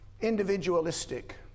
Individualistic